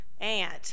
aunt